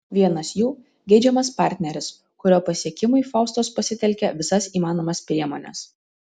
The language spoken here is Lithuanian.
vienas jų geidžiamas partneris kurio pasiekimui faustos pasitelkia visas įmanomas priemones